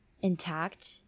intact